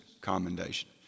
commendation